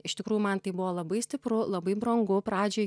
iš tikrųjų man tai buvo labai stipru labai brangu pradžiai